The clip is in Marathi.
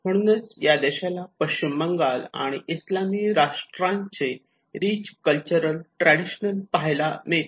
म्हणूनच या देशात पश्चिम बंगाल आणि इस्लामी राष्ट्रांचे रिच कल्चरल ट्रॅडिशन पाहायला मिळते